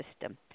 system